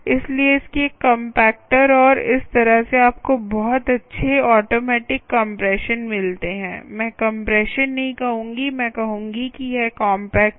इसलिए इसके कम्पेक्टर और इस तरह से आपको बहुत अच्छे ऑटोमैटिक कम्प्रेशन मिलते हैं मैं कम्प्रेशन नहीं कहूँगी मैं कहूँगी कि यह कॉम्पेक्ट है